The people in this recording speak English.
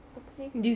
apa ni